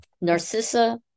Narcissa